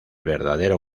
verdadero